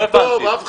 לא הבנתי.